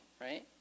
right